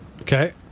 Okay